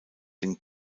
den